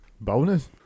Bonus